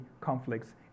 conflicts